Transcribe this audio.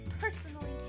personally